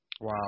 Wow